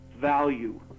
value